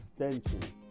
extension